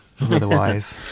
otherwise